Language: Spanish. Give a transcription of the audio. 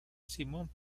simón